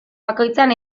bakoitzean